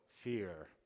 Fear